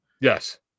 Yes